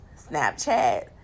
Snapchat